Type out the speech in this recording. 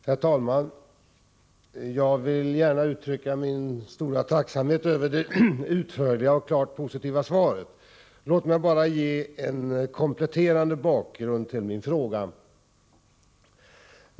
Herr talman! Jag vill gärna uttrycka min stora tacksamhet över det utförliga och klart positiva svaret. Låt mig bara ge en kompletterande bakgrund till min fråga.